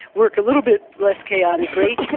work a little bit less chaotically.